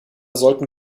sollten